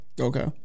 Okay